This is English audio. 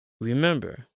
Remember